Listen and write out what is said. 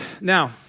Now